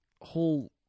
whole